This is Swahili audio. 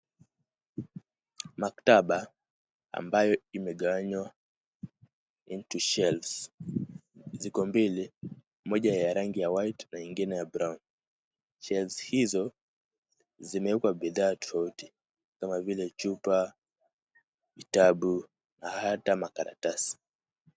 Maktaba ambayo imegawanywa into shelves ziko mbili, moja ya rangi ya white na nyingine ya brown . Shelves hizo zimewekwa bidhaa tofauti kama vile chupa, vitabu na hata makaratasi.